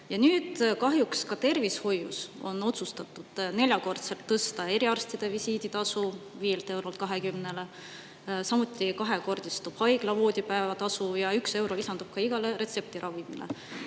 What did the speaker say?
Kahjuks ka tervishoius on otsustatud neljakordselt tõsta eriarstide visiiditasu – 5 eurolt 20 eurole, samuti kahekordistub haigla voodipäevatasu ja 1 euro lisandub ka igale retseptiravimile.